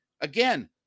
Again